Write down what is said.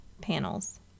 panels